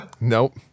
Nope